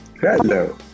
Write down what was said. Hello